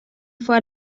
foar